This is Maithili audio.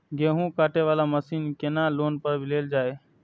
गेहूँ काटे वाला मशीन केना लोन पर लेल जाय?